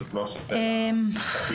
זאת לא שאלה משפטית.